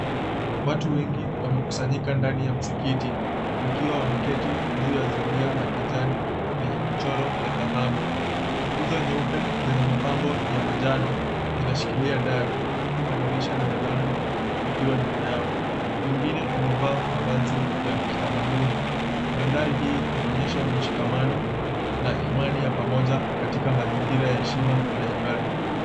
Watu wengi wamekusanyika ndani ya msikiti wakiwa wameketi juu ya zulia ya kijani lenye michoro ya dhahabu. Nguzo nyeupe zenye mapambo ya manjano zinashikilia dari huku madirisha na milango vikiwa nyuma yao wengine wamevaa mavazi ya kitamaduni. Mandhari hii inaonyesha mshikamano na imani ya pamoja katika mazingira ya heshima na ibada